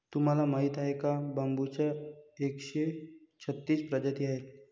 तुम्हाला माहीत आहे का बांबूच्या एकशे छत्तीस प्रजाती आहेत